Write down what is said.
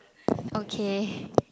okay